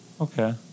Okay